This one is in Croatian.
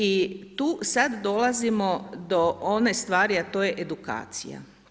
I tu sada dolazimo do one stvari a to je edukacija.